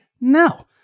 No